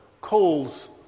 calls